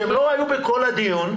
שהם לא היו בכל הדיונים,